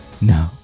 No